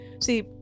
See